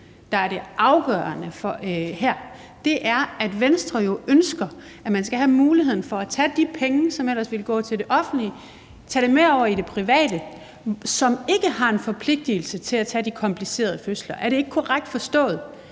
der er det afgørende her; det er, at Venstre jo ønsker, at man skal have muligheden for at tage de penge, som ellers ville gå til det offentlige, med over i det private, som ikke har en forpligtigelse til at tage de komplicerede fødsler. Er det ikke korrekt forstået,